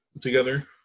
together